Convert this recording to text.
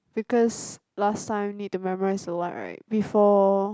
because last time need to memorize a lot right before